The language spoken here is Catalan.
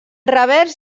revers